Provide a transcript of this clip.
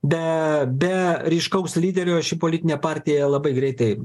be be ryškaus lyderio ši politinė partija labai greitai